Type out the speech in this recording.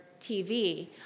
TV